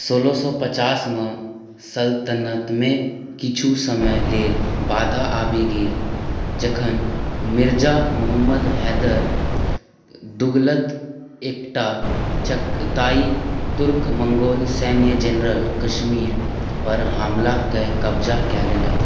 सोलह सए पचास मे सल्तनतमे किछु समय लेल बाधा आबि गेल जखन मिर्जा मुहम्मद हैदर तुगलक एकटा चगताई तुर्क मंगोल सैन्य जनरल कश्मीर पर हमला कए कब्जा कय लेलक